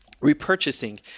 repurchasing